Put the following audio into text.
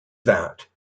that